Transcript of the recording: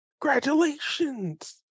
congratulations